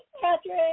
patrick